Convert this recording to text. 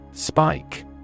Spike